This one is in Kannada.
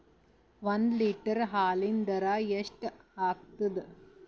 ಒಂದ್ ಲೀಟರ್ ಹಾಲಿನ ದರ ಎಷ್ಟ್ ಆಗತದ?